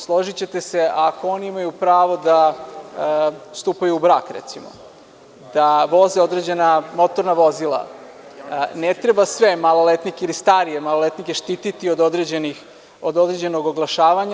Složićete se, ako oni imaju pravo da stupaju u brak, recimo, da voze određena motorna vozila, ne treba sve maloletnike ili starije maloletnike štiti od određenog oglašavanja.